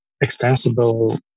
extensible